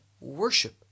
worship